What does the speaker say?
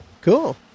Cool